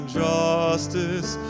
justice